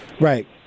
Right